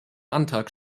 antrag